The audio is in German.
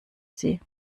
sie